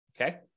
okay